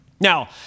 Now